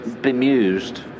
bemused